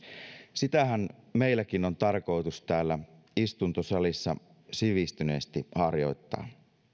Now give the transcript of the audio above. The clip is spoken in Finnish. sitähän meilläkin on tarkoitus täällä istuntosalissa sivistyneesti harjoittaa